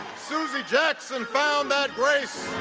susie jackson found that grace.